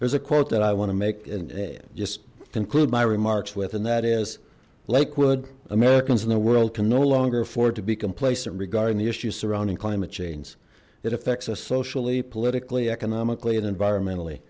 there's a quote that i want to make and just conclude my remarks with and that is lakewood americans in the world can no longer afford to be complacent regarding the issues surrounding climate change it affects us socially politically economically and environmentally